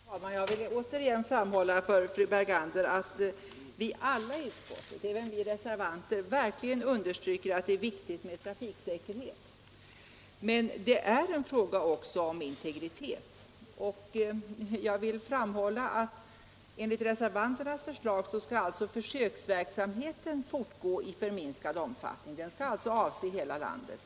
Herr talman! Jag vill återigen framhålla för fru Bergander att alla i — Alkoholutandningsutskottet — även vi reservanter — verkligen understryker att trafiksäker = prov heten är viktig. Men detta är också en fråga om integritet. Enligt reservanternas förslag skall alltså försöksverksamheten fortgå i oförminskad omfattning och avse hela landet.